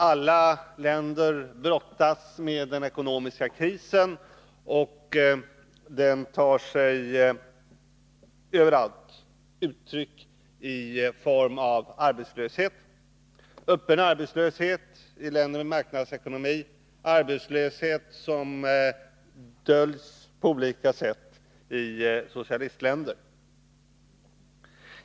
Alla länder brottas med den ekonomiska krisen, och den tar sig överallt uttryck i arbetslöshet — öppen arbetslöshet i länder med marknadsekonomi, arbetslöshet som döljs på olika sätt i socialistländer.